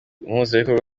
umuhuzabikorwa